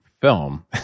film